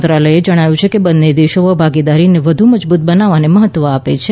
મંત્રાલયે જણાવ્યું છે કે બંને દેશો આ ભાગીદારીને વધુ મજબૂત બનાવવાને મહત્વ આપે છે